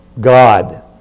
God